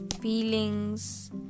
feelings